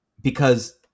Because-